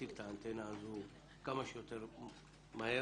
להעתיק את האנטנה הזו כמה שיותר מהר.